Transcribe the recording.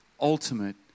ultimate